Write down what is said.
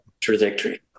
Trajectory